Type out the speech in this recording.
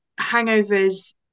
hangovers